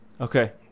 Okay